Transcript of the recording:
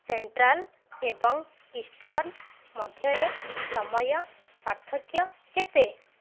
central ଏବଂ eastern ମଧ୍ୟରେ ସମୟ ପାର୍ଥକ୍ୟ କେତେ